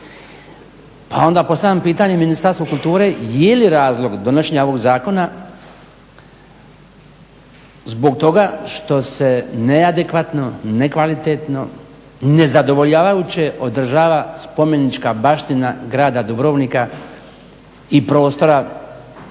Pa onda postavljam pitanje Ministarstvu kulture je li razlog donošenja ovog zakona zbog toga što se neadekvatno, nekvalitetno, nezadovoljavajuće održava spomenička baština grada Dubrovnika i prostora oko